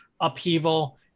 upheaval